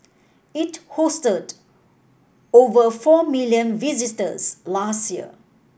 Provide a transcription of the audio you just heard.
it hosted over four million visitors last year